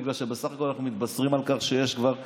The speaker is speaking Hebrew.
בגלל שבסך הכול אנחנו מתבשרים על כך שיש כבר חיסונים,